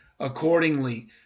accordingly